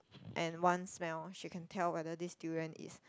and one smell she can tell whether this durian is